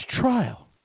trial